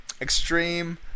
Extreme